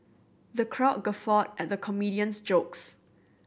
the crowd guffawed at the comedian's jokes